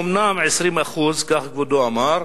אומנם, 20%, כך כבודו אמר,